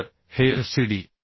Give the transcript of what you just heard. तर हे FCD